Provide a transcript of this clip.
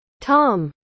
Tom